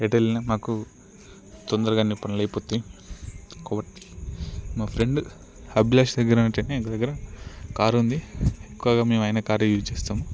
ఎటెళ్లినా మాకు తొందరగానే పనులైపోతాయి ఇంకోటి మా ఫ్రెండ్ అభిలాష్ దగ్గర కారుంది ఎక్కువగా మేము ఆయన కారే యూస్ చేస్తాం